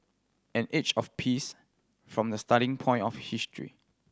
an age of peace from the starting point of history